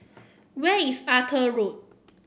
where is Arthur Road